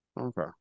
okay